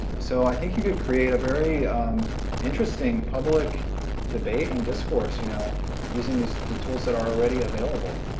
so i think you could create a very interesting public debate and discourse you know using these tools that are ready available.